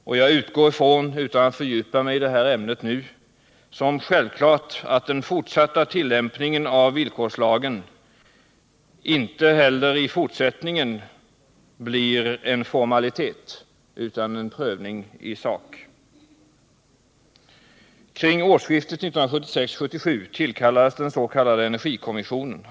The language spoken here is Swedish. Utan att nu fördjupa mig i ämnet utgår jag från att det är självklart att tillämpningen av villkorslagen inte heller i fortsättningen blir en formalitet, utan att den sker för en prövning i sak. Kring årsskiftet 1976-1977 tillkallades den s.k. energikommissionen.